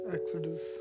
Exodus